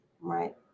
right